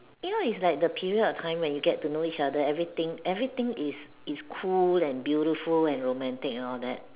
you know it's like the period of time when you get to know each other everything everything is is cool and beautiful and romantic and all that